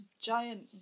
giant